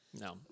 No